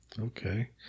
Okay